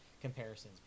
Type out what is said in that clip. comparisons